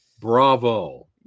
Bravo